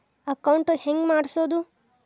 Account ಹೆಂಗ್ ಮಾಡ್ಸೋದು?